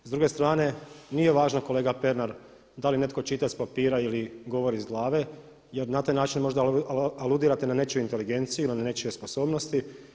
S druge strane nije važno kolega Pernar da li netko čita s papira ili govori iz glave jer na taj način možda aludirate na nečiju inteligenciju ili nečije sposobnosti.